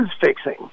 fixing